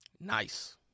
Nice